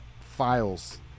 files